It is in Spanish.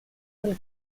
del